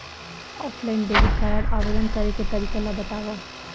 Offline debit card आवेदन करे के तरीका ल बतावव?